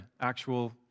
actual